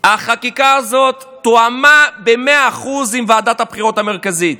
החקיקה הזאת תואמה במאה אחוז עם ועדת הבחירות המרכזית.